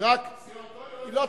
חוות דעת של יועץ משפטי בטלפון, לא,